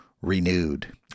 renewed